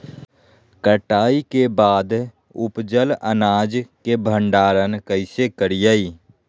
कटाई के बाद उपजल अनाज के भंडारण कइसे करियई?